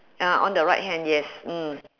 uh on the right hand yes mm